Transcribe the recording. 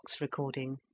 recording